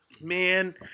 man